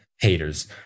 haters